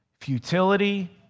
futility